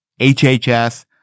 HHS